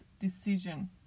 decision